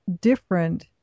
different